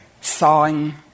sawing